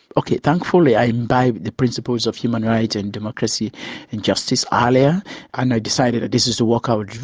okay, thankfully i abided by the principles of human rights and democracy and justice earlier and i decided that this is the walk i would do,